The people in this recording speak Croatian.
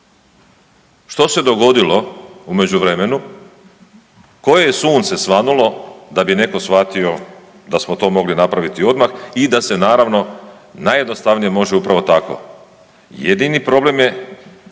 Što se dogodilo u međuvremenu, koje je sunce svanulo da bi netko shvatio da smo to mogli napraviti odmah i da se naravno najjednostavnije može upravo tako? Jedini problem je